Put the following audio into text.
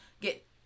get